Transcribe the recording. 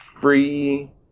free